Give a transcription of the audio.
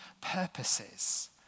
purposes